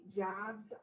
jobs